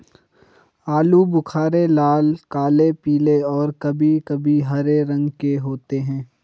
आलू बुख़ारे लाल, काले, पीले और कभी कभी हरे रंग के होते हैं